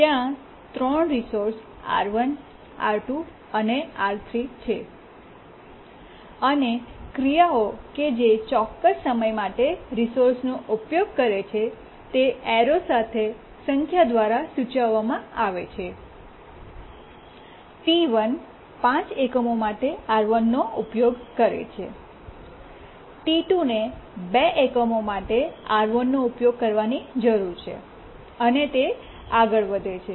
ત્યાં 3 resource R1 R2 અને R3 છે અને ક્રિયાઓ કે જે ચોક્કસ સમય માટે રિસોર્સનો ઉપયોગ કરે છે તે એરો સાથે સંખ્યા દ્વારા સૂચવવામાં આવે છે T1 5 એકમો માટે R1 નો ઉપયોગ કરે છે T2 ને 2 એકમો માટે R1 નો ઉપયોગ કરવાની જરૂર છે અને તે આગળ વધે છે